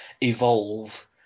evolve